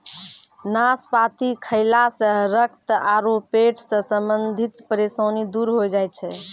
नाशपाती खैला सॅ रक्त आरो पेट सॅ संबंधित परेशानी दूर होय जाय छै